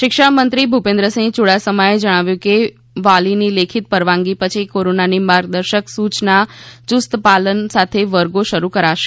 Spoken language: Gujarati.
શિક્ષણમંત્રી ભૂપેન્દ્રસિંહ યૂડાસમાએ જણાવ્યું કે વાલીની લેખિત પરવાનગી પછી કોરોનાની માર્ગદર્શક સૂચનાના યૂસ્ત પાલન સાથે વર્ગો શરૂ કરાશે